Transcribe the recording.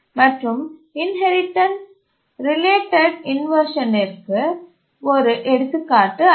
மற்றும் inheritance related இன்வர்ஷனிற்கு ஒரு எடுத்துக்காட்டு அளிக்கவும்